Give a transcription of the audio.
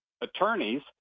attorneys